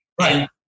Right